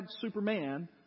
Superman